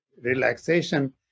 relaxation